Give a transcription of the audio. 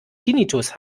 tinnitus